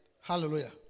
Hallelujah